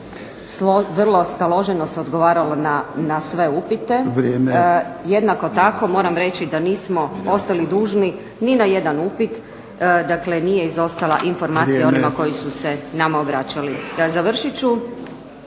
vrlo staloženo se odgovaralo na sve upite. Jednako tako moram reći da nismo ostali dužni ni na jedan upit, dakle nije izostala informacija onima koji su se nama obraćali. Završit ću,